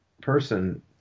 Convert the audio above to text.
person